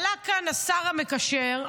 עלה כאן השר המקשר,